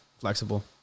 flexible